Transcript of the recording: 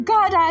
God